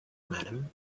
madam